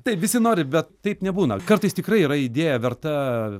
taip visi nori bet taip nebūna kartais tikrai yra idėja verta